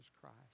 Christ